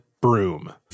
broom